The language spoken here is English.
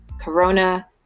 Corona